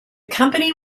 company